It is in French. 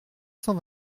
cent